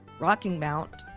rocky mount,